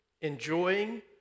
enjoying